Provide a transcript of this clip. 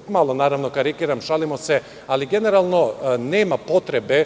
itd. Malo karikiram, šalimo se, ali generalno nema potrebe